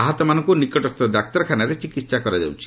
ଆହତମାନଙ୍କୁ ନିକଟସ୍ଥ ଡାକ୍ତରଖାନାରେ ଚିକିହା କରାଯାଉଛି